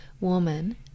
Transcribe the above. woman